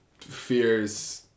fears